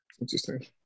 Interesting